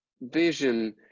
vision